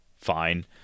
fine